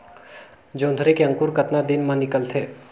जोंदरी के अंकुर कतना दिन मां निकलथे?